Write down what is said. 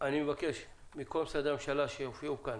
אני מבקש מכל משרדי הממשלה שהופיעו כאן